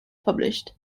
published